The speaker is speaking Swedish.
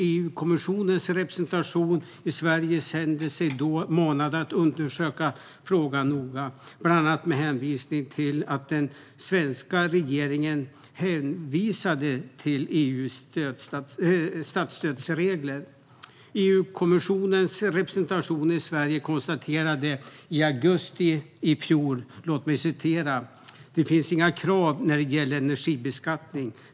EU-kommissionens representation i Sverige kände sig då manad att undersöka frågan noga, bland annat med hänvisning till att den svenska regeringen hänvisade till EU:s statsstödsregler. EU-kommissionens representation i Sverige konstaterade i augusti i fjol att "det finns inga krav när det gäller energibeskattning.